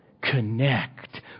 connect